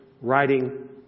writing